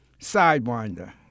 Sidewinder